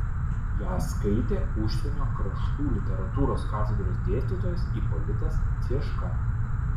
ją skaitė užsienio kraštų literatūros katedros dėstytojas ipolitas cieška